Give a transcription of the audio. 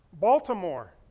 Baltimore